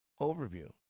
overview